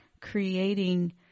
creating